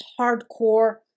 hardcore